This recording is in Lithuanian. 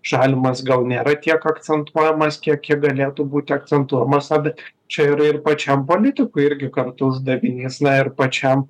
žalimas gal nėra tiek akcentuojamas kiek galėtų būti akcentuojamas na bet čia ir ir pačiam politikui irgi kartu uždavinys na ir pačiam